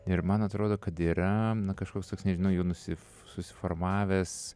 ir man atrodo kad yra kažkoks toks nežinau jų nusi susiformavęs